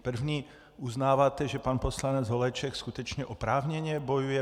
První uznáváte, že pan poslanec Holeček skutečně oprávněně bojuje?